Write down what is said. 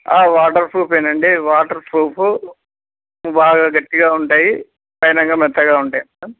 water ప్రూఫ అేనండి waterproof బాగా గట్టిగా ఉంటాయి పైనంగా మెత్తగా ఉంటాయి